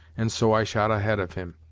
and so i shot ahead of him.